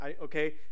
okay